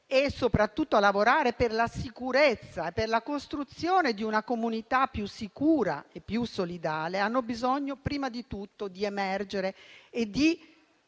e soprattutto a lavorare per la sicurezza e per la costruzione di una comunità più sicura e più solidale, queste persone hanno bisogno prima di tutto di emergere e di